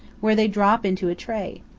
where they drop into a tray.